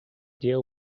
deal